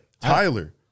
Tyler